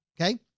Okay